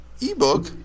ebook